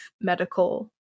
medical